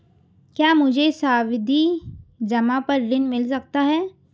क्या मुझे सावधि जमा पर ऋण मिल सकता है?